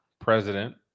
president